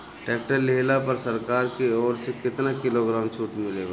Tractor लिहला पर सरकार की ओर से केतना किलोग्राम छूट बा?